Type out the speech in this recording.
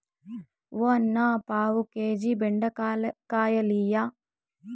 ఓ అన్నా, పావు కేజీ బెండకాయలియ్యి